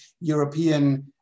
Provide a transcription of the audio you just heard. European